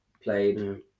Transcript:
played